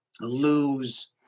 lose